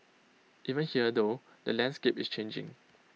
even here though the landscape is changing